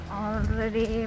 already